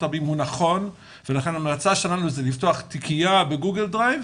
הבאים הוא נכון ולכן ההמלצה שלנו זה לפתוח תיקייה בגוגל דרייב,